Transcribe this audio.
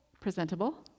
presentable